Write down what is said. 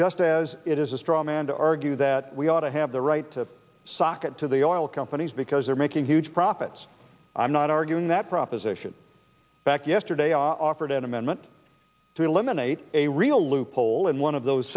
just as it is a straw man to argue that we ought to have the right to sock it to the oil companies because they're making huge profits i'm not arguing that proposition back yesterday i offered an amendment to eliminate a real loophole in one of those